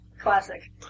Classic